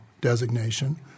designation